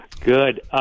good